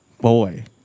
Boy